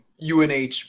UNH